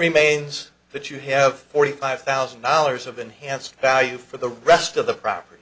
remains that you have forty five thousand dollars of enhanced value for the rest of the property